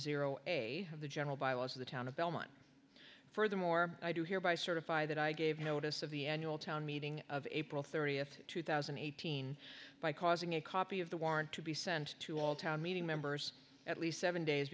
a of the general bylaws of the town of belmont furthermore i do hereby certify that i gave notice of the annual town meeting of april thirtieth two thousand and eighteen by causing a copy of the warrant to be sent to all town meeting members at least seven days